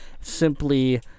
Simply